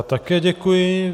Také děkuji.